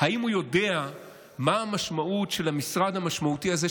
אם הוא יודע מה המשמעות של המשרד המשמעותי הזה,